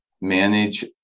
manage